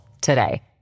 today